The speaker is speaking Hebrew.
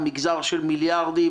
מגזר של מיליארדים.